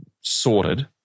sorted